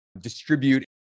distribute